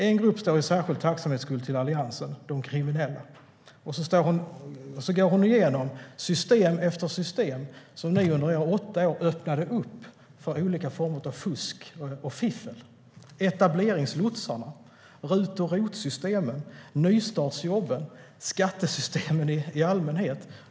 En grupp står i särskild tacksamhet till Alliansen - de kriminella. Sedan går Anna Dahlberg igenom system efter system som under era åtta år öppnade upp för olika former av fusk och fiffel. Det gäller etableringslotsarna, RUT och ROT-systemen, nystartsjobben samt skattesystemet i allmänhet.